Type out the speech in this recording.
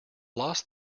lost